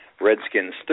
Redskins